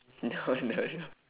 no no no